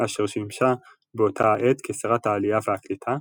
שימשה באותה העת כשרת העלייה והקליטה,